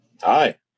Hi